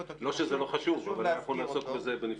לא שזה חשוב, אבל נעסוק בזה בנפרד.